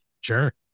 Sure